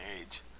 age